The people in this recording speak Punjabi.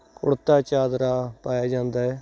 ਕੁੜਤਾ ਚਾਦਰਾ ਪਾਇਆ ਜਾਂਦਾ ਹੈ